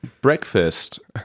Breakfast